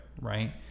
right